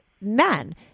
men